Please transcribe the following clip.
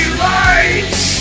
lights